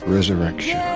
Resurrection